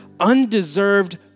undeserved